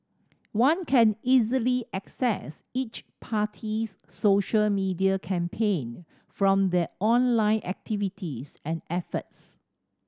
one can easily assess each party's social media campaign from their online activities and efforts